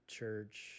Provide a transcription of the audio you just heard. church